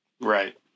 Right